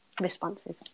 responses